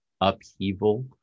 upheaval